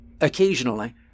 Occasionally